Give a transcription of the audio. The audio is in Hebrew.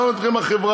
לא מעניינת אתכם החברה,